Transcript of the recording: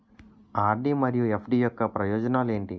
RD మరియు FD యొక్క ప్రయోజనాలు ఏంటి?